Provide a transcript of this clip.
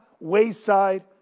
wayside